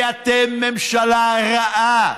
כי אתם ממשלה רעה.